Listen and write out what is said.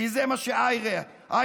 כי זה מה ש-IHRA עשתה.